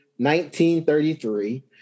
1933